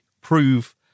prove